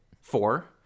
Four